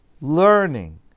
learning